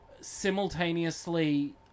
simultaneously